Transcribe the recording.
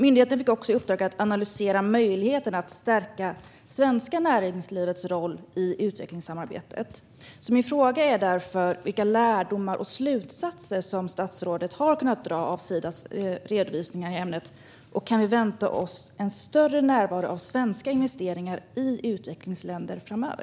Myndigheten fick också i uppdrag att analysera möjligheten att stärka det svenska näringslivets roll i utvecklingssamarbetet. Min fråga är därför vilka lärdomar och slutsatser som statsrådet har kunnat dra av Sidas redovisningar i ämnet samt om vi kan vänta oss en större närvaro av svenska investeringar i utvecklingsländer framöver.